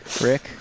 Rick